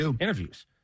interviews